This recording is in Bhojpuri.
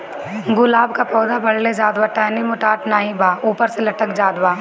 गुलाब क पौधा बढ़ले जात बा टहनी मोटात नाहीं बा ऊपर से लटक जात बा?